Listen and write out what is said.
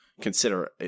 consider